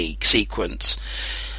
sequence